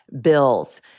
bills